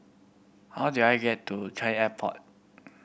how do I get to Changi Airport